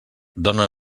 dóna